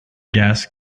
gas